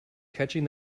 catching